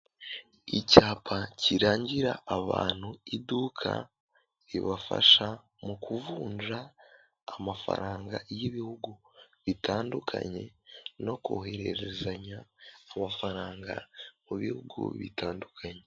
Icyapa kirangira abantu iduka ribafasha mu kuvunja amafaranga y'ibihugu bitandukanye no kohererezanya amafaranga mu bihugu bitandukanye.